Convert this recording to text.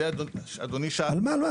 על מה?